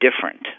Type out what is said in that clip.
different